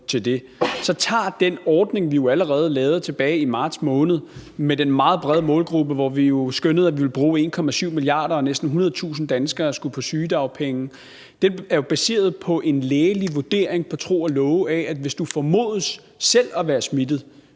så er den ordning, vi allerede lavede tilbage i marts måned med den meget brede målgruppe, hvor vi skønnede, at vi ville bruge 1,7 mia. kr., og at næsten 100.000 danskere skulle have sygedagpenge, jo baseret på en lægelig vurdering på tro og love af, at hvis du formodes selv at være smittet